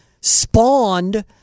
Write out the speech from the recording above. spawned